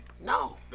No